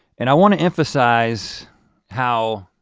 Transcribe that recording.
and i wanna emphasize how